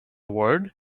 word